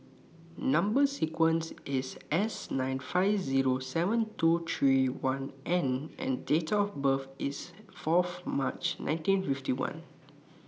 Number sequence IS S nine five Zero seven two three one N and Date of birth IS Fourth March nineteen fifty one